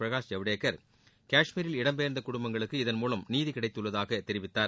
பிரகாஷ் ஜவ்டேக்கர் காஷ்மீரில் இடம்பெயர்ந்த குடும்பங்களுக்கு இதன் மூலம் நீதி கிடைத்துள்ளதாக தெரிவித்தார்